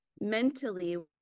mentally